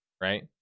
right